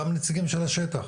גם נציגים של השטח,